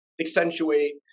accentuate